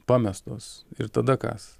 pamestos ir tada kas